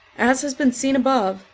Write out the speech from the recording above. as has been seen above,